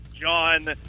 John